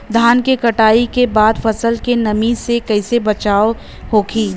धान के कटाई के बाद फसल के नमी से कइसे बचाव होखि?